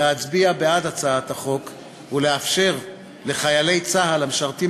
להצביע בעד הצעת החוק ולאפשר לחיילי צה"ל המשרתים